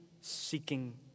seeking